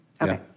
Okay